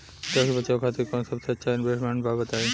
Tax बचावे खातिर कऊन सबसे अच्छा इन्वेस्टमेंट बा बताई?